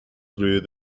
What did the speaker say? through